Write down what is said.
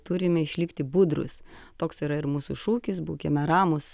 turime išlikti budrūs toks yra ir mūsų šūkis būkime ramūs